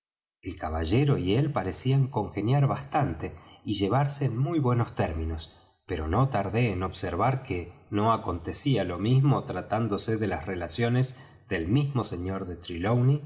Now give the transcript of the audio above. el caballero y él parecían congeniar bastante y llevarse en muy buenos términos pero no tardé en observar que no acontecía lo mismo tratándose de las relaciones del mismo sr de